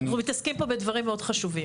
אנחנו מתעסקים פה בדברים מאוד חשובים.